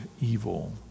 evil